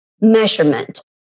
measurement